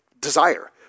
desire